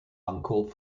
uncalled